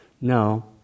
No